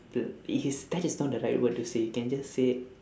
uh is that is not the right word to say can just say